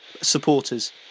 supporters